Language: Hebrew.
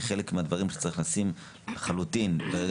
כחלק מהדברים שצריך לשים לחלוטין ברגע